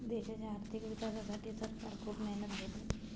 देशाच्या आर्थिक विकासासाठी सरकार खूप मेहनत घेते